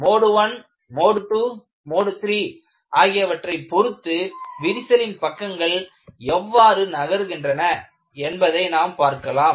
mode I mode II mode III ஆகியவற்றைப் பொருத்து விரிசலின் பக்கங்கள் எவ்வாறு நகருகின்றன என்பதை நாம் பார்க்கலாம்